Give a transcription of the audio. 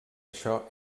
això